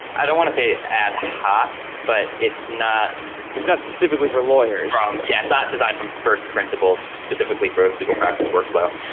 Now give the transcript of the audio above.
i don't want to say ad hoc, but it's not it's not specifically for lawyers um yeah, not designed from first principles, specifically for legal practice workflow.